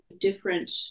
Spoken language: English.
different